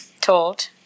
told